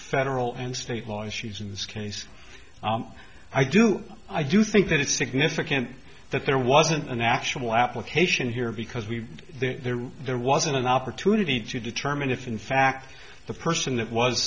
federal and state laws she's in this case i do i do think that it's significant that there wasn't an actual application here because we there wasn't an opportunity to determine if in fact the person that was